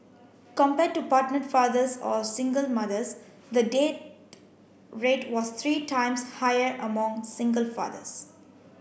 compared to partnered fathers or single mothers the dead rate was three times higher among single fathers